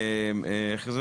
איך קורים